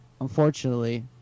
Unfortunately